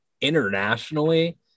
internationally